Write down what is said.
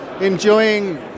enjoying